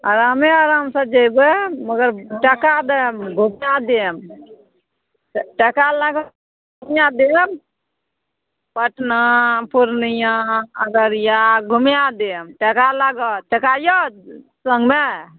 आरामे आरामसँ जेबय मगर टाका देब घुमा देब टाका लागत घुमाय देब पटना पूर्णियाँ अररिया घुमाय देब टाका लागत टाका यऽ सङ्गमे